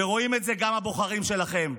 ורואים את זה גם הבוחרים שלכם.